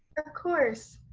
of course.